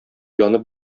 янып